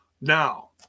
Now